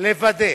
לוודא